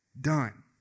done